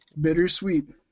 Bittersweet